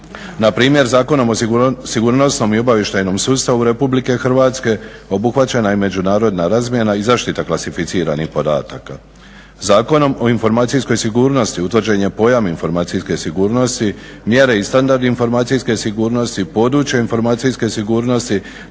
Npr. Zakonom o sigurnosno-obavještajnom sustavu RH obuhvaćena je međunarodna razmjena i zaštita klasificiranih podataka. Zakonom o informacijskoj sigurnosti utvrđen je pojam informacijske sigurnosti, mjere i standard informacijske sigurnosti, područje informacijske sigurnosti